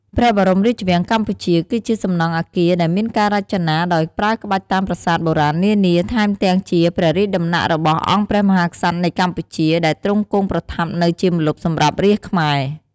ព្រះបរមរាជវាំងកម្ពុជាគឺជាសំណង់អាគារដែលមានការរចនាដោយប្រើក្បាច់តាមប្រាសាទបុរាណនានា ថែមទាំងជាព្រះរាជដំណាក់របស់អង្គព្រះមហាក្សត្រនៃកម្ពុជា ដែលទ្រង់គង់ប្រថាប់នៅជាម្លប់សម្រាប់រាស្រ្តខ្មែរ ។